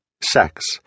sex